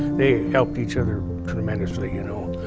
they helped each other tremendously, you know.